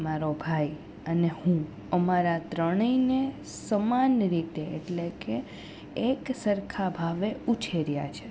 મારો ભાઈ અને હું અમારા ત્રણેયને સમાન રીતે એટલે કે એક સરખા ભાવે ઉછેર્યા છે